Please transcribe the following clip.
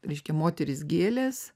reiškia moterys gėlės